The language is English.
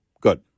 good